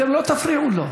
אתם לא תפריעו לו.